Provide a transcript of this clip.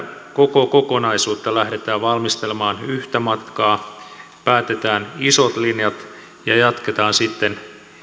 koko kokonaisuutta lähdetään valmistelemaan yhtä matkaa päätetään isot linjat ja jatketaan sitten